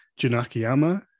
Junakiyama